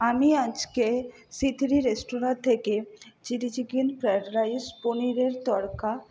আমি আজকে C three restaurant থেকে চিলি চিকেন ফ্রায়েড রাইস পনিরের তড়কা